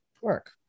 Work